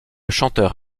chanteur